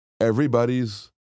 everybody's